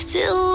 Till